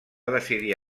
decidir